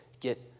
get